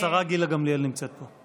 השרה גילה גמליאל נמצאת פה.